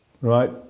right